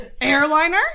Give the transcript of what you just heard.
Airliner